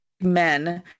men